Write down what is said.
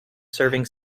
serving